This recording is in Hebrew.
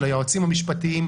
של היועצים המשפטיים,